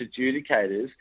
adjudicators